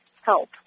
help